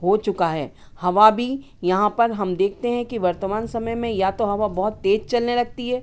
हो चुका है हवा भी यहाँ पर हम देखते हैं कि वर्तमान समय में या तो हवा बहुत तेज चलने लगती है